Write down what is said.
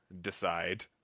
decide